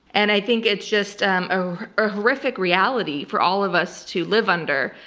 and i think it's just a horrific reality for all of us to live under,